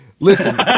Listen